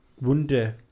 wonder